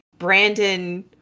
Brandon